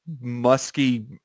musky